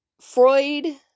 Freud